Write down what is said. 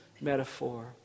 metaphor